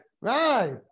Right